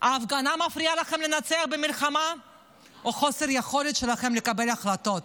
ההפגנה מפריעה לכם לנצח במלחמה או חוסר היכולת שלכם לקבל החלטות?